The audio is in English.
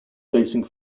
facing